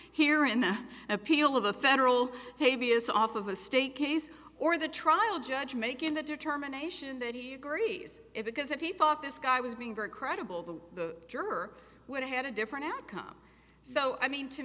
here in the appeal of a federal pay b s off of a state case or the trial judge making the determination that he agrees because if he thought this guy was being very credible the jerk would have had a different outcome so i mean to